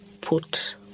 put